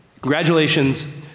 congratulations